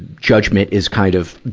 judgment is kind of,